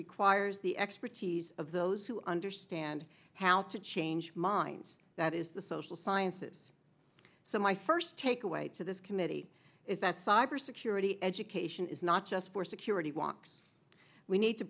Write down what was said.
requires the expertise of those who understand how to change minds that is the social sciences so my first take away to this committee is that cybersecurity education is not just for security walks we need to